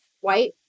white